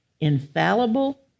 infallible